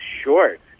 short